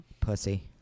Pussy